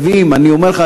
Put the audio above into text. אני אומר לך,